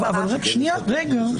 לצורך